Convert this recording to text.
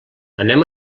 anem